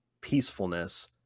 peacefulness